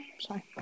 sorry